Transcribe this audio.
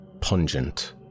pungent